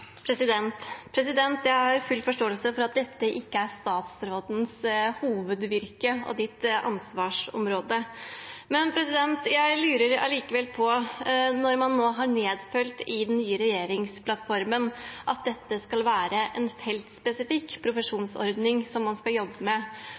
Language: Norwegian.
Jeg har full forståelse for at dette ikke er statsrådens hovedvirke og ansvarsområde, men jeg lurer allikevel på, når man nå har nedfelt i den nye regjeringsplattformen at dette skal være en